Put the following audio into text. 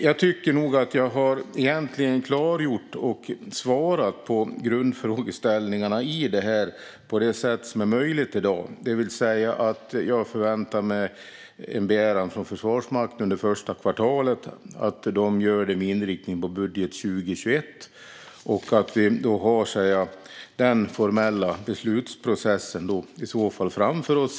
Jag tycker nog att jag egentligen har klargjort och svarat på grundfrågeställningarna på det sätt som i dag är möjligt: Jag förväntar mig en begäran från Försvarsmakten under första kvartalet och att de gör detta med inriktning på budgeten för 2021. I så fall har vi den formella beslutsprocessen framför oss.